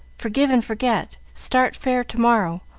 forgive and forget. start fair to-morrow.